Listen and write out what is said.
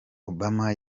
obama